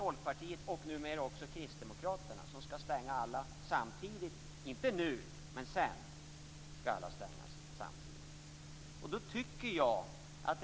Folkpartiet och numera också Kristdemokraterna. De skall stänga alla reaktorer samtidigt - inte nu, men sen.